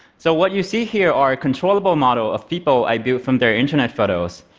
so what you see here are controllable models of people i built from their internet photos.